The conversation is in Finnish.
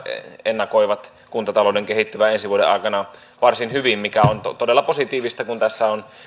ennakoivat kuntatalouden kehittyvän ensi vuoden aikana varsin hyvin mikä on todella positiivista kun tässä on